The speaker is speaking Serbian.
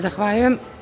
Zahvaljujem.